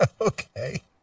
Okay